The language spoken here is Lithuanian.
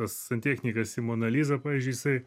tas santechnikas į moną lizą pavyzdžiui jisai